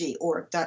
org